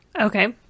Okay